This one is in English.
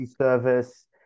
service